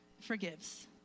forgives